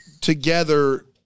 together